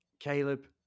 Caleb